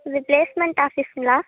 இது பிளேஸ்மெண்ட் ஆஃபிஸுங்களா